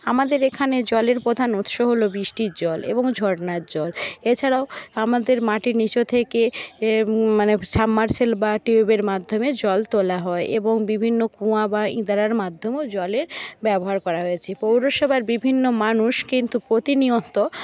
আমাদের এখানে জলের প্রধান উৎস হল বৃষ্টির জল এবং ঝর্ণার জল এছাড়াও আমাদের মাটির নীচ থেকে মানে সাবমারসেল বা টিউবের মাধ্যমে জল তোলা হয় এবং বিভিন্ন কুঁয়া বা ইঁদারার মাধ্যমেও জলের ব্যবহার করা হয়েছে পৌরসভার বিভিন্ন মানুষ কিন্তু প্রতিনিয়ত